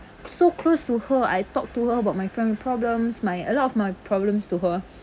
so close to her I talk to her about my friend problems my a lot of my problems to her